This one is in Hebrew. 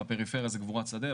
בפריפריה זו קבורת שדה,